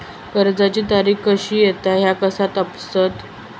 कर्जाची तारीख कधी येता ह्या कसा तपासतत?